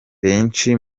benshi